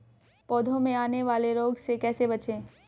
पौधों में आने वाले रोग से कैसे बचें?